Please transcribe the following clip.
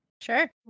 sure